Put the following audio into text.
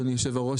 אדוני יושב-הראש,